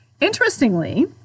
Interestingly